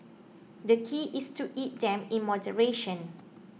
the key is to eat them in moderation